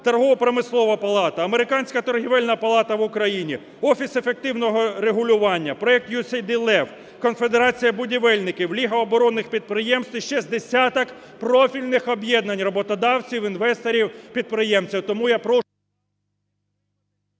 Торгово-промислова палата, Американська торгівельна палата в Україні, Офіс ефективного регулювання, проект USAID ЛЕВ, Конфедерація будівельників, Ліга оборонних підприємств і ще з десяток профільних об'єднань роботодавців, інвесторів, підприємців.